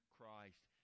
Christ